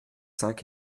cinq